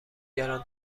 گران